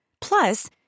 Plus